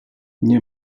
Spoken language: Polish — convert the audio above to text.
nie